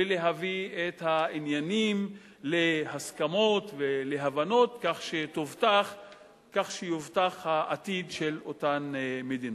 ולהביא את העניינים להסכמות ולהבנות כך שיובטח העתיד של אותן מדינות.